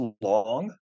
long